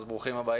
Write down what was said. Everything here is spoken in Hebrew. אז ברוכים הבאים.